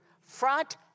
front